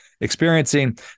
Experiencing